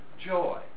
joy